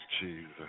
Jesus